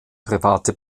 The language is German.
private